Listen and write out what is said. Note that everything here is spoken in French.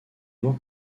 mois